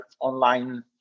online